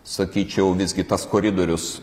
sakyčiau visgi tas koridorius